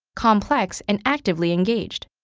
complex and actively engaged,